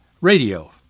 Radio